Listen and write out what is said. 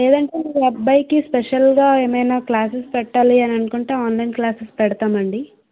లేదంటే మీ అబ్బాయికి స్పెషల్ గా ఏమైనా క్లాసెస్ పెట్టాలి అని అనుకుంటే ఆన్లైన్ క్లాసెస్ పెడతామండి